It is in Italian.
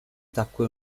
tacque